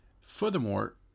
Furthermore